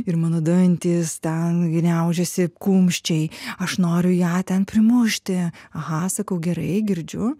ir mano dantys ten gniaužiasi kumščiai aš noriu ją ten primušti aha sakau gerai girdžiu